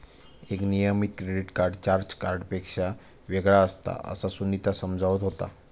एक नियमित credit card charge कार्डपेक्षा वेगळा असता, असा सुनीता समजावत होता